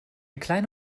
kleine